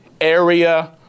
area